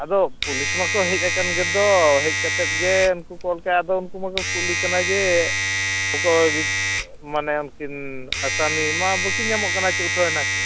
ᱟᱫᱚ ᱯᱩᱞᱤᱥ ᱢᱟᱠᱚ ᱦᱮᱡ ᱟᱠᱟᱱ ᱜᱮᱫᱚ ᱦᱮᱡ ᱠᱟᱛᱮᱫ ᱜᱮ ᱩᱱᱠᱩ ᱟᱫᱚ ᱩᱱᱠᱩᱢᱟᱠᱚ ᱠᱩᱞᱤ ᱠᱟᱱᱟ ᱡᱮ ᱚᱠᱚᱭ ᱢᱟᱱᱮ ᱩᱱᱠᱤᱱ ᱟᱥᱟᱢᱤ ᱢᱟ ᱵᱟᱹᱠᱤᱱ ᱧᱟᱢᱚᱜ ᱠᱟᱱᱟ ᱪᱮ ᱩᱴᱷᱟᱹᱣ ᱱᱟᱠᱤᱱ